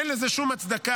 אין לזה שום הצדקה,